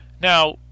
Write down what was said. Now